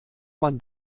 man